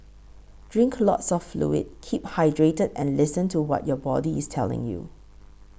drink lots of fluid keep hydrated and listen to what your body is telling you